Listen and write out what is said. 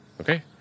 okay